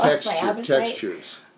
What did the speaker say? Textures